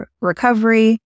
recovery